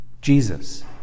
Jesus